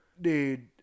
Dude